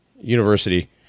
university